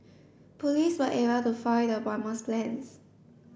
police were able to foil the bomber's plans